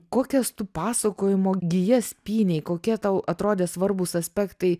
kokias tu pasakojimo gijas pynei kokie tau atrodė svarbūs aspektai